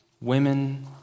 women